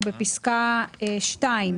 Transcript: אנחנו בפסקה (2).